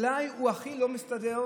אבל אולי הוא הכי לא מסתדר,